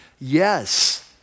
yes